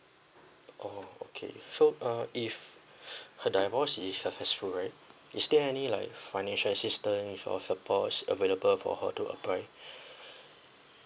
orh okay so uh if her divorce is successful right is there any like financial assistance or supports available for her to apply